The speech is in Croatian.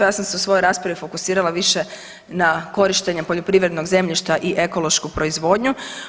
Ja sam se u svojoj raspravi fokusirala više na korištenje poljoprivrednog zemljišta i ekološku proizvodnju.